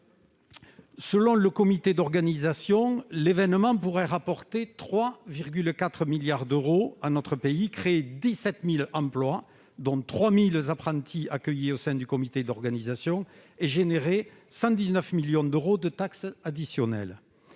Selon le comité d'organisation, l'événement pourrait rapporter 3,4 milliards d'euros à notre pays, créer 17 000 emplois, notamment 3 000 apprentis accueillis au sein du comité d'organisation, et générer 119 millions d'euros de taxes additionnelles.